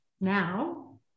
now